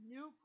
New